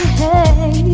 hey